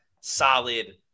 solid